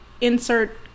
insert